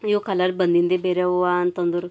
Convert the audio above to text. ಇವು ಕಲರ್ ಬಂದಿಂದೇ ಬೇರೆಯವ್ವ ಅಂತಂದರು